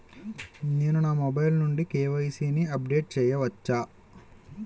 నేను నా మొబైల్ నుండి కే.వై.సీ ని అప్డేట్ చేయవచ్చా?